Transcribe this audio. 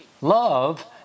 Love